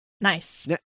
nice